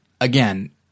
again